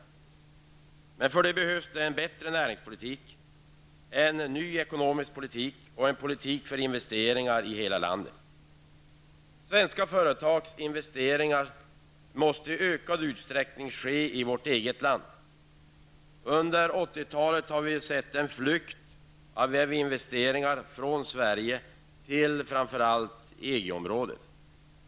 Men för att det skall gå att åstadkomma detta behövs det en bättre näringspolitik, en ny ekonomisk politik och en politik som syftar till investeringar i hela landet. Svenska företags investeringar måste i större utsträckning ske i vårt land. Under 80-talet har vi sett en flykt av investeringar från Sverige till framför allt EG-området.